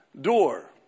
door